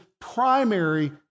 primary